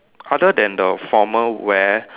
other than the formal wear